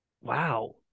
wow